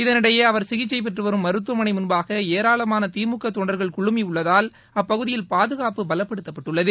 இதளிடையே அவர் சிகிச்சை பெற்று வரும் மருத்துவமனை முன்பாக ஏராளமான திமுக தொண்டர்கள் குழுமியுள்ளதால் அப்பகுதியில் பாதுகாப்பு பலப்படுத்தப்பட்டுள்ளது